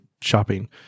shopping